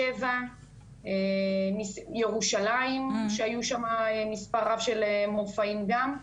באר-שבע, ירושלים, שהיו שם מספר רב של מופעים גם.